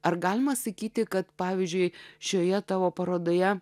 ar galima sakyti kad pavyzdžiui šioje tavo parodoje